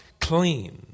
clean